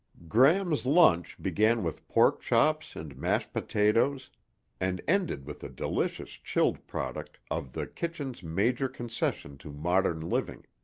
gram's lunch began with pork chops and mashed potatoes and ended with a delicious chilled product of the kitchen's major concession to modern living,